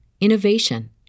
innovation